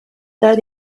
that